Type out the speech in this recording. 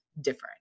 different